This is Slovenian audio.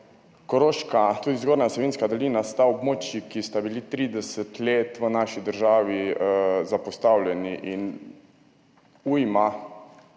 Koroška, tudi Zgornja Savinjska dolina, sta območji, ki sta bili 30 let v naši državi zapostavljeni in